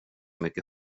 mycket